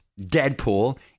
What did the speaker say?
Deadpool